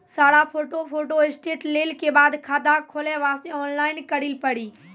सारा photo photostat लेल के बाद खाता खोले वास्ते ऑनलाइन करिल पड़ी?